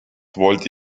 wollte